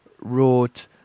wrote